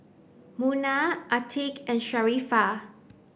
Munah Atiqah and Sharifah